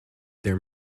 there